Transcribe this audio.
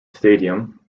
stadium